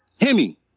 Hemi